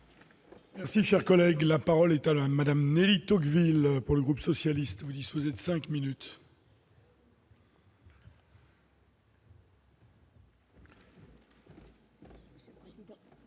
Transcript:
Merci, cher collègue, la parole est à Alain Madame, Nelly Tocqueville pour le groupe socialiste, vous disposez de 5 minutes.